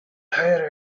hated